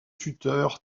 tuteur